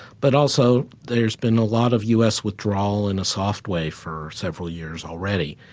but also, there's been a lot of u s. withdrawal in a soft way for several years already.